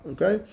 Okay